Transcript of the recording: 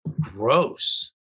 Gross